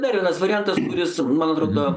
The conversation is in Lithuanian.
dar vienas variantas kuris man atrodo